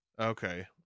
Okay